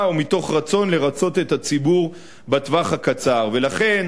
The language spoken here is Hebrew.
לצה"ל יש כל היכולות לצאת לכל מבצע שיידרש בעזה.